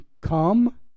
Come